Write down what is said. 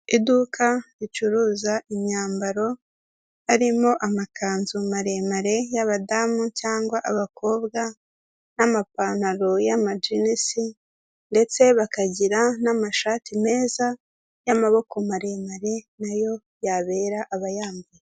Iduka ricuruza imyambaro arimo amakanzu maremare y'abadamu cyangwa abakobwa n'amapantalo y'amajinisi ndetse bakagira n'amashati meza y'amaboko maremare nayo yabera abayambaye.